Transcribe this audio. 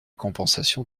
compensation